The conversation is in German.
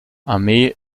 armee